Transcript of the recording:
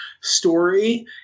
story